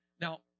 Now